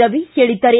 ರವಿ ಹೇಳಿದ್ದಾರೆ